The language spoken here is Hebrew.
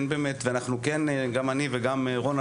גם אני וגם רון,